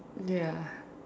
ya